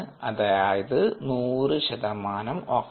അതായത് 100 ശതമാനം ഓക്സിജൻ